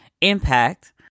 impact